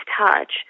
touch